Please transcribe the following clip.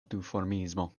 duformismo